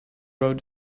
road